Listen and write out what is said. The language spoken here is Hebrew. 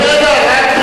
רק רגע,